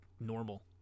normal